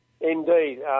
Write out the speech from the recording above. Indeed